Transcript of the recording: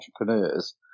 entrepreneurs